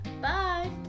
Bye